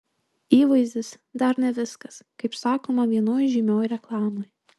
įvaizdis dar ne viskas kaip sakoma vienoj žymioj reklamoj